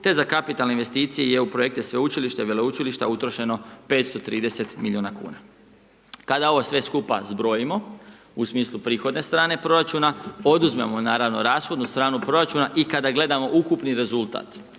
te za kapitalne investicije i EU projekte sveučilišta i veleučilišta utrošeno 530 milijuna kuna. Kada ovo sve skupa zbrojimo u smislu prihodne strane proračuna, oduzmemo naravno rashodnu stranu proračuna i kada gledamo ukupni rezultat.